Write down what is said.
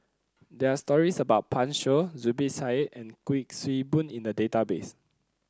there are stories about Pan Shou Zubir Said and Kuik Swee Boon in the database